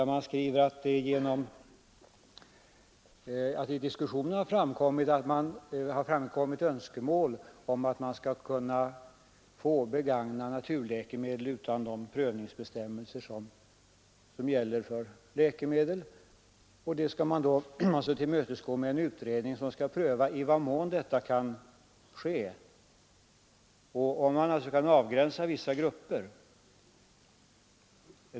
Man skriver att det i diskussionen har framkommit önskemål om att man skall kunna få begagna naturläkemedel utan de prövningsbestämmelser som normalt gäller för läkemedel, och det skall alltså tillmötesgås genom en utredning som skall pröva i vad mån så kan ske och om vissa läkemedelsgrupper kan avgränsas för detta.